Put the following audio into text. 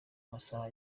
amasaha